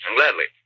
Gladly